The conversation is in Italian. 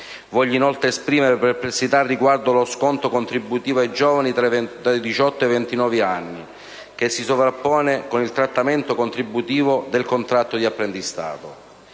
Voglio inoltre esprimere perplessità riguardo lo sconto contributivo ai giovani tra i 18 e 29 anni che si sovrappone con il trattamento contributivo del contratto di apprendistato.